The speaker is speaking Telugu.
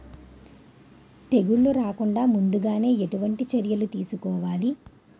తెగుళ్ల రాకుండ ముందుగానే ఎటువంటి చర్యలు తీసుకోవాలి?